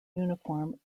uniform